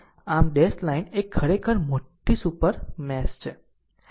આમ dash line એ ખરેખર મોટી સુપર મેશ છે